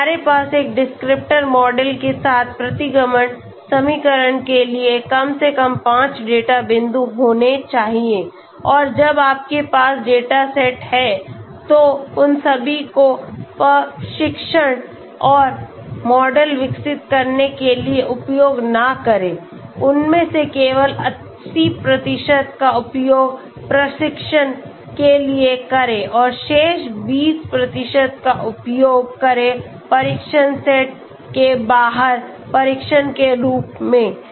तो हमारे पास एक डिस्क्रिप्टर मॉडल के साथ प्रतिगमन समीकरण के लिए कम से कम 5 डेटा बिंदु होने चाहिए और जब आपके पास डेटा सेट है तो उन सभी को प्रशिक्षण और मॉडल विकसित करने के लिए उपयोग न करें उनमें से केवल 80 का उपयोग प्रशिक्षण के लिए करें और शेष 20 का उपयोग करें परीक्षण सेट के बाहर परीक्षण के रूप में